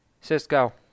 Cisco